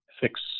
fix